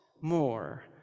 more